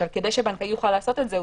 כדי שבנקאי יוכל לעשות את זה,